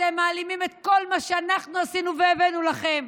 אתם מעלימים את כל מה שאנחנו עשינו והבאנו לכם.